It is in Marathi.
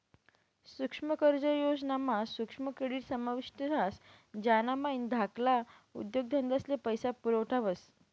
सुक्ष्म कर्ज योजना मा सुक्ष्म क्रेडीट समाविष्ट ह्रास ज्यानामाईन धाकल्ला उद्योगधंदास्ले पैसा पुरवठा व्हस